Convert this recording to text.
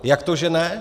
Jak to že ne?